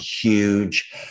huge